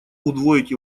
удвоить